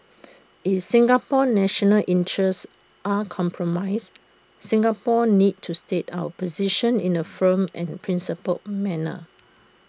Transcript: if Singapore's national interests are compromised Singapore needs to state our position in A firm and principled manner